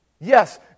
Yes